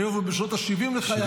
היום הוא בשנות השבעים לחייו.